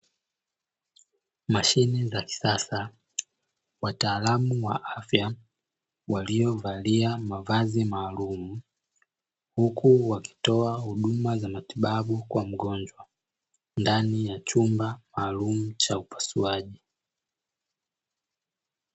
Mashine za kisasa, Wataalamu wa afya, waliovalia mavazi maalumu, huku wakitoa huduma za matibabu kwa mgonjwa, ndani ya chumba maalum cha upasuaji.